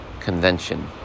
Convention